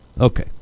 Okay